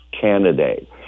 candidate